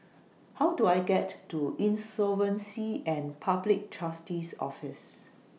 How Do I get to Insolvency and Public Trustee's Office